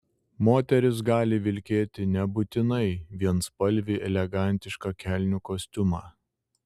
moteris gali vilkėti nebūtinai vienspalvį elegantišką kelnių kostiumą